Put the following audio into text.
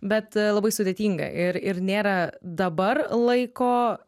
bet labai sudėtinga ir ir nėra dabar laiko